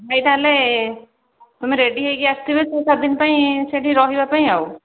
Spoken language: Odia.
ଭାଇ ତା'ହେଲେ ତୁମେ ରେଡ଼ି ହୋଇକି ଆସିଥିବେ ଛଅ ସାତ ଦିନ ପାଇଁ ସେଇଠି ରହିବା ପାଇଁ ଆଉ